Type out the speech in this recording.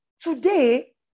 today